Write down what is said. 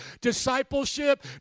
Discipleship